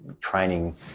training